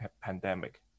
pandemic